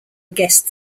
guest